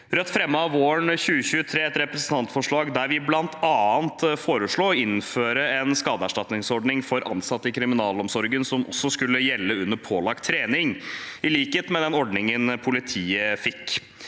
Rødt fremmet våren 2023 et representantforslag der vi bl.a. foreslo å innføre en skadeerstatningsordning for ansatte i kriminalomsorgen som også skulle gjelde under pålagt trening, i likhet med den ordningen politiet fikk.